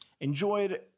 enjoyed